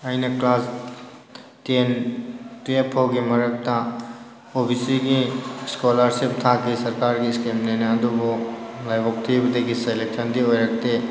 ꯑꯩꯅ class ten twelve ꯐꯥꯎꯒꯤ ꯃꯔꯛꯇ ꯑꯣ ꯕꯤ ꯁꯤꯒꯤ ꯁ꯭ꯀꯣꯂꯥꯔꯁꯤꯞ ꯊꯥꯒꯤ ꯁꯔꯀꯥꯔꯒꯤ ꯁ꯭ꯀꯤꯝꯅꯦꯅ ꯑꯗꯨꯕꯨ ꯂꯥꯏꯕꯛ ꯊꯤꯕꯗꯒꯤ ꯁꯦꯂꯦꯛꯁꯟꯗꯤ ꯑꯣꯏꯔꯛꯇꯦ